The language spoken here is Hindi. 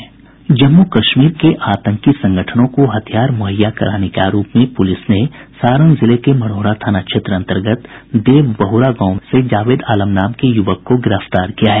जम्मू कश्मीर के आतंकी संगठनों को हथियार मुहैया कराने के आरोप में पुलिस ने सारण जिले के मढ़ौरा थाना क्षेत्र अन्तर्गत देवबहुआरा गांव से जावेद आलम नाम के युवक को गिरफ्तार किया है